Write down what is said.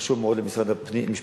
זה קשור מאוד למשרד המשפטים.